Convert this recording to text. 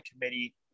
committee